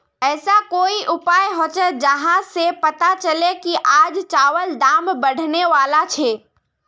ऐसा कोई उपाय होचे जहा से पता चले की आज चावल दाम बढ़ने बला छे?